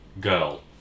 girl